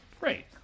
Right